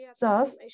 Thus